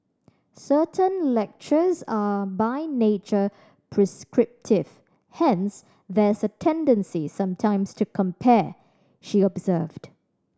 certain lectures are by nature prescriptive hence there's a tendency sometimes to compare she observed